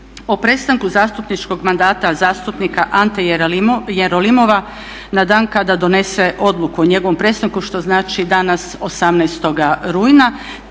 o prestanku zastupničkog mandata zastupnika Ante Jerolimova na dan kada donese odluku o njegovom prestanku što znači danas 18. rujna,